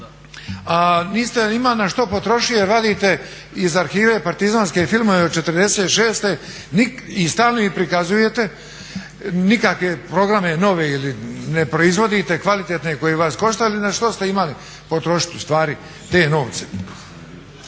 a niste imali na što potrošiti jer radite iz arhive partizanske filmove od '46. i stalno ih prikazujete, nikakve programe nove ne proizvodite, kvalitetne koji bi vas koštali. Na što ste imali potrošit ustvari te novce.